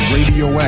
Radio